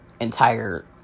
entire